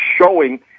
showing